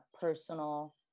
personal